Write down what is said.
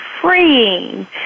freeing